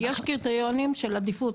יש קריטריונים של עדיפות,